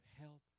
help